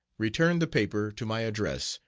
return the paper to my address,